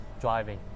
driving